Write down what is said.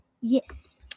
yes